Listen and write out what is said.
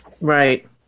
Right